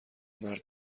مرد